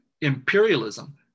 imperialism